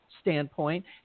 standpoint